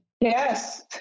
Yes